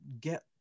get